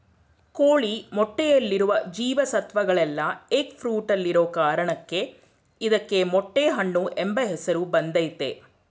ಕೋಳಿ ಮೊಟ್ಟೆಯಲ್ಲಿರುವ ಜೀವ ಸತ್ವಗಳೆಲ್ಲ ಎಗ್ ಫ್ರೂಟಲ್ಲಿರೋ ಕಾರಣಕ್ಕೆ ಇದಕ್ಕೆ ಮೊಟ್ಟೆ ಹಣ್ಣು ಎಂಬ ಹೆಸರು ಬಂದಯ್ತೆ